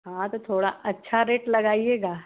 हाँ तो थोड़ा अच्छा रेट लगाइएगा